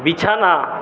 বিছানা